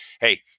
hey